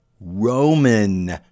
Roman